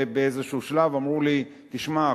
ובאיזה שלב אמרו לי: תשמע,